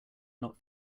not